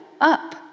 up